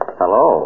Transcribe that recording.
hello